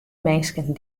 minsken